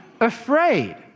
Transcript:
afraid